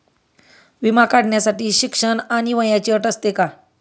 विमा काढण्यासाठी शिक्षण आणि वयाची अट असते का?